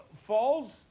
falls